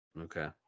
Okay